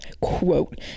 quote